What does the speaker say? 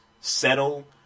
settle